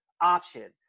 option